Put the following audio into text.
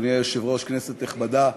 אדוני היושב-ראש, כנסת נכבדה,